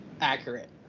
Accurate